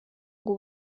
ngo